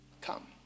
Come